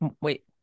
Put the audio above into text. Wait